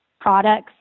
products